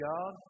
God